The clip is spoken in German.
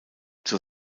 zur